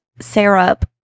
syrup